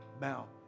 Now